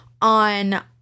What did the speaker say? on